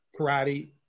karate